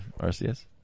RCS